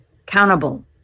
accountable